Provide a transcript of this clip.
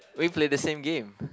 we play the same game